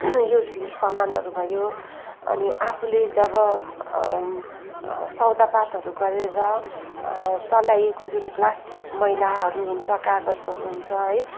useless सामानहरू भयो अनि आफूले जब सौदापातहरू गरेर चलाएको जुन प्लास्टिक मैलाहरू हुन्छ कागजहरू हुन्छ है